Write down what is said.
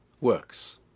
works